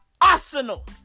Arsenal